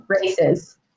races